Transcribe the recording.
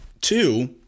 two